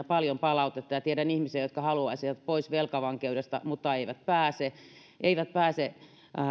paljon palautetta ja tiedän ihmisiä jotka haluaisivat pois velkavankeudesta mutta eivät pääse eivät pääse